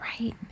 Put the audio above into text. Right